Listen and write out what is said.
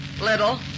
Little